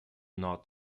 not